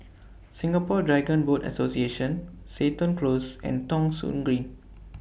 Singapore Dragon Boat Association Seton Close and Thong Soon Green